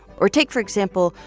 or take, for example,